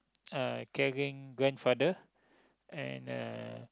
uh caring grandfather and uh